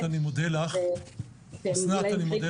אני חושבת